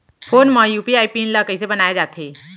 Phone म UPI PIN ल कइसे बनाये जाथे?